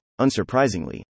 unsurprisingly